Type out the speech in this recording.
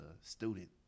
student